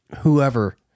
whoever